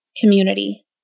community